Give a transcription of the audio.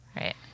Right